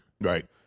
Right